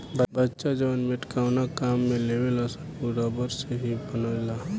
बच्चा जवन मेटकावना काम में लेवेलसन उ रबड़ से ही न बनेला